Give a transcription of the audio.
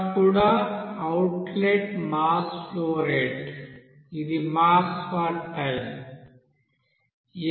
కూడా outlet mass flow rate ఇది mass for టైంmgen